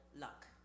luck